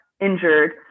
injured